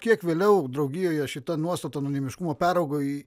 kiek vėliau draugijoje šita nuostata anonimiškumo perauga į